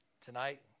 Tonight